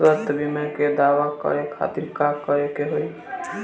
स्वास्थ्य बीमा के दावा करे के खातिर का करे के होई?